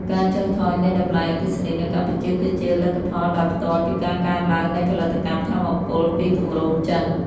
ការចុះថយនៃតម្លៃអគ្គិសនីនៅកម្ពុជា គឺជាលទ្ធផលដោយផ្ទាល់ពីការកើនឡើងនៃផលិតកម្មថាមពលពីគម្រោងចិន។